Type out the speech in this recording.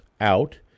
out